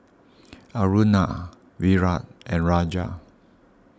Aruna Virat and Raja